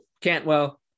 Cantwell